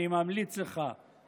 אני ממליץ לך,